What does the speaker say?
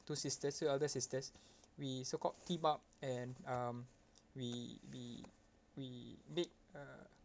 two sisters two elder sisters we so called team up and um we we we make uh